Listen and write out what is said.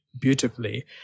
beautifully